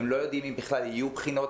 הם לא יודעים אם בכלל יהיו בחינות.